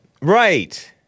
Right